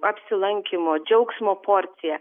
apsilankymo džiaugsmo porcija